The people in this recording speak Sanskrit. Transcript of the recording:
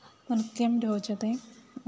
नृत्यं रोचते